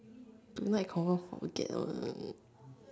tonight confirm forget one